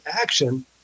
action